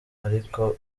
ariko